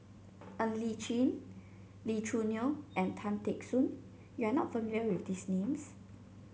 Ng Li Chin Lee Choo Neo and Tan Teck Soon you are not familiar with these names